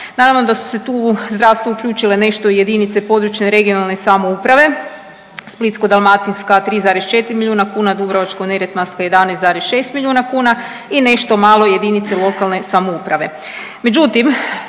Naravno da su se tu u zdravstvo uključile nešto jedinice područje i regionalne samouprave Splitsko-dalmatinska 3,4 milijuna kuna, Dubrovačko-neretvanska 11,6 milijuna kuna i nešto malo jedinice lokalne samouprave.